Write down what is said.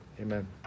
Amen